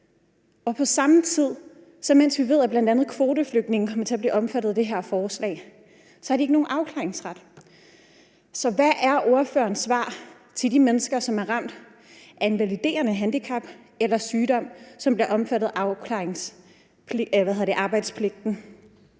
og på samme tid, mens vi ved, at bl.a. kvoteflygtninge kommer til at blive omfattet af det her forslag, så har de ikke nogen afklaringsret. Så hvad er ordførerens svar til de mennesker, som er ramt af et invaliderende handicap eller en sygdom, og som bliver omfattet af arbejdspligten?